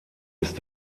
ist